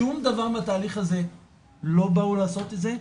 שום דבר מהתהליך הזה לא באו לעשות את זה,